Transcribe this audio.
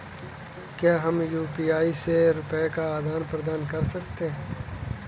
क्या हम यू.पी.आई से रुपये का आदान प्रदान कर सकते हैं?